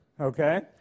okay